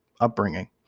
upbringing